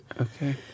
Okay